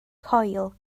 coil